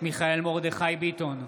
מיכאל מרדכי ביטון,